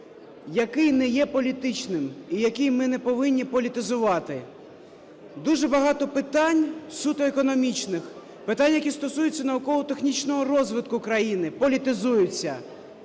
який не є політичним, і який ми не повинні політизувати. Дуже багато питань суто економічних, питань, які стосуються науково-технічного розвитку країни, політизуються.